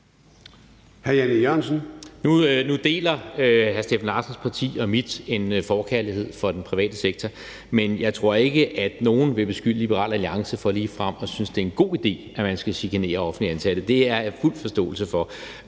Nu deler hr. Steffen Larsens parti og mit en forkærlighed for den private sektor, men jeg tror ikke, at nogen vil beskylde Liberal Alliance for ligefrem at synes, det er en god idé, at man skal chikanere offentligt ansatte. Det har jeg fuld forståelse for.